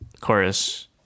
chorus